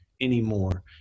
anymore